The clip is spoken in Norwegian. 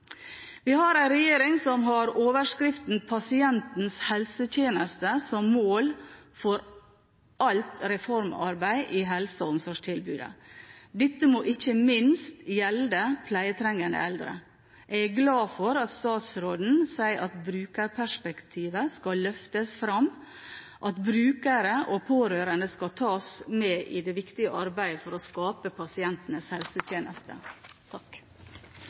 Vi har en regjering som har overskriften «Pasientens helsetjeneste» som mål for alt reformarbeid i helse- og omsorgstilbudet. Dette må ikke minst gjelde pleietrengende eldre. Jeg er glad for at statsråden sier at brukerperspektivet skal løftes fram, og at brukere og pårørende skal tas med i det viktige arbeidet for å skape